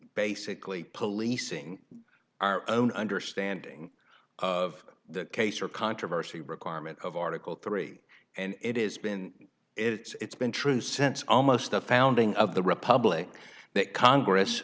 basically policing our own understanding of the case or controversy requirement of article three and it is been it's been true since almost the founding of the republic that congress